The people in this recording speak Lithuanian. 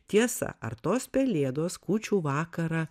tiesa ar tos pelėdos kūčių vakarą